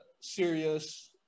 serious